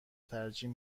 ترجیح